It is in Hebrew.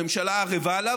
הממשלה ערבה לה,